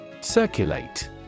Circulate